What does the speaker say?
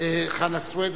חנא סוייד,